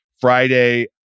Friday